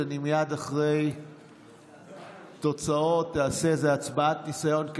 אני מייד אחרי התוצאות אעשה הצבעת ניסיון,